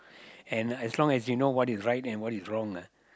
and as long as you know what is right and what is wrong lah